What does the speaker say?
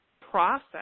process